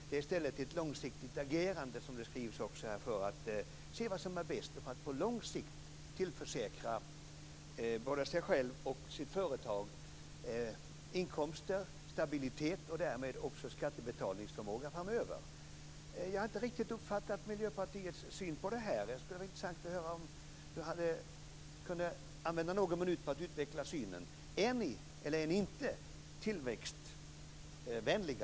Det är i stället ett långsiktigt agerande, som vi också skriver, för att undersöka vad som är bäst och på lång sikt tillförsäkra både sig själv och sitt företag inkomster och stabilitet och därmed också skattebetalningsförmåga. Jag har inte riktigt uppfattat Miljöpartiets syn på detta. Det skulle vara intressant att höra om Helena Hillar Rosenqvist kunde använda någon minut till att utveckla er syn. Är ni, eller är ni inte, tillväxtvänliga?